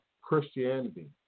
Christianity